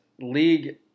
league